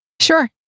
Sure